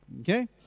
Okay